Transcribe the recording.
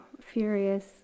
furious